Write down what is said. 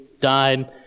died